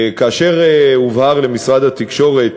כאשר הובהרה למשרד התקשורת